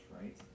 right